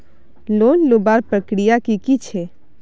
Loan लुबार प्रक्रिया की की छे?